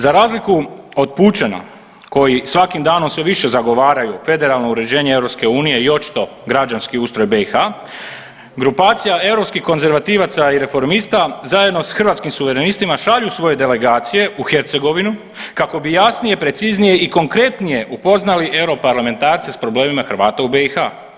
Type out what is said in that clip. Za razliku od pučana koji svakim danom sve više zagovaraju federalno uređenje EU i očito građanski ustroj BiH grupacija europskih konzervativaca i reformista zajedno sa Hrvatskim suverenistima šalju svoje delegacije u Hercegovinu kako bi jasnije, preciznije i konkretnije upoznali europarlamentarce s problemima Hrvata u BiH.